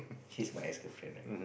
she's my ex girlfriend right